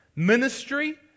ministry